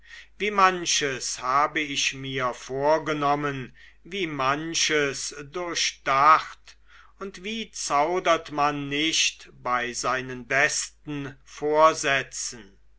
wie manches habe ich mir vorgenommen wie manches durchdacht und wie zaudert man nicht bei seinen besten vorsätzen